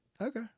Okay